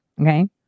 Okay